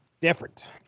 Different